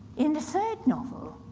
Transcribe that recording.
in the third novel,